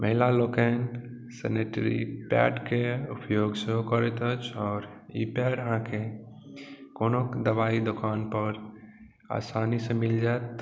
महिला लोकनि सेनेटरी पैडके उपयोग सेहो करैत अछि आओर ई पैड अहाँके कोनो दबाइ दोकानपर आसानीसँ मिल जायत